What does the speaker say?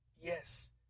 Yes